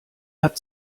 hat